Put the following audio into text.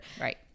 Right